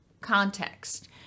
context